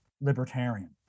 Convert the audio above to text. libertarian